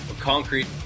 concrete